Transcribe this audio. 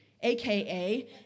AKA